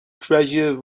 treasure